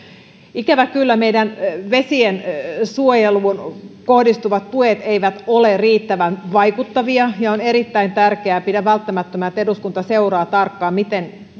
ikävä kyllä meidän vesiensuojeluun kohdistuvat tuet eivät ole riittävän vaikuttavia ja on erittäin tärkeää pidän välttämättömänä että eduskunta seuraa tarkkaan miten